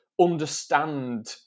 understand